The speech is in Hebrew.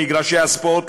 למגרשי הספורט,